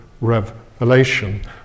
revelation